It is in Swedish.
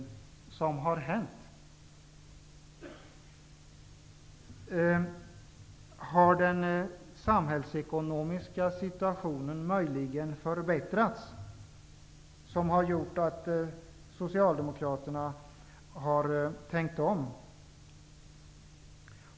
Är det möjligen på grund av att den samhällsekonomiska situationen har förbättrats som Socialdemokraterna nu har tänkt om?